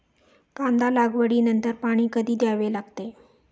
कांदा लागवडी नंतर पाणी कधी द्यावे लागते?